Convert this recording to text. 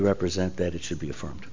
represent that it should be affirmed